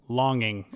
longing